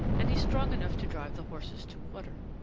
and he's strong enough to drive the horses to water.